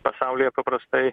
pasaulyje paprastai